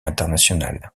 internationales